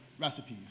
recipes